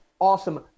awesome